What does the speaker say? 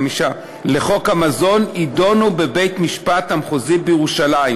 לחוק המזון יידונו בבית-משפט המחוזי בירושלים,